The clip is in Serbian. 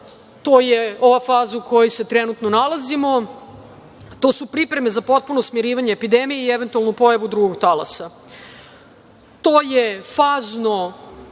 to je ova faza u kojoj se trenutno nalazimo, to su pripreme za potpuno smirivanje epidemije i eventualnu pojavu drugog talasa. To je fazno